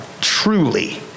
truly